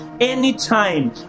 anytime